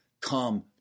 come